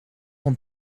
een